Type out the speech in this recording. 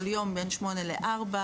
כל יום בין 08:00 ל-16:00.